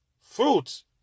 Fruits